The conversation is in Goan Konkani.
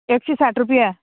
एकशें साठ रुपया